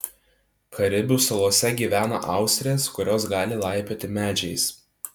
karibų salose gyvena austrės kurios gali laipioti medžiais